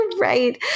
Right